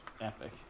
Epic